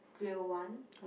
grill one